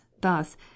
thus